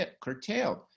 curtailed